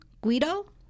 Guido